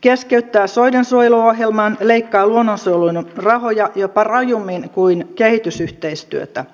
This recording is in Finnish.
keskeyttää soidensuojeluohjelman leikkaa luonnonsuojelun rahoja jopa rajummin kuin kehitysyhteistyötä